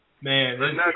Man